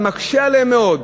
זה מקשה עליהם מאוד,